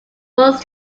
was